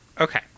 okay